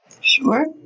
Sure